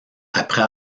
après